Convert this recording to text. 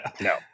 No